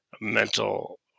mental